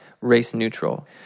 race-neutral